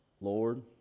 Lord